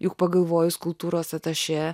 juk pagalvojus kultūros atašė